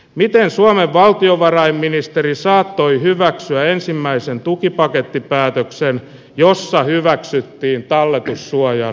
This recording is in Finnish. miten suomen valtiovarainministeri saattoi hyväksyä ensimmäiseen tukipaketti päätöksen jossa hyväksyttiin talletussuojan